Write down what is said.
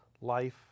life